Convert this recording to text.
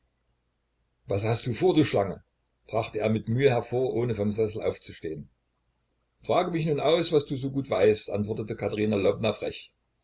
was hast du vor du schlange brachte er mit mühe hervor ohne vom sessel aufzustehen frage mich nun aus was du so gut weißt antwortete katerina lwowna frech